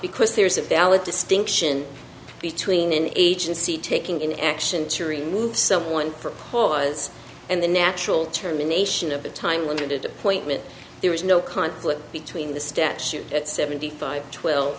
because there is a valid distinction between an agency taking an action to remove someone for cause and the natural terminations of the time limited appointment there was no conflict between the statute at seventy five twelve